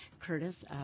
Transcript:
Curtis